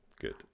good